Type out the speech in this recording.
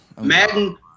Madden